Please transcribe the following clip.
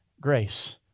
grace